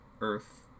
Earth